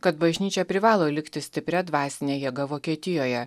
kad bažnyčia privalo likti stipria dvasine jėga vokietijoje